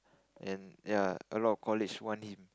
and ya a lot of college want him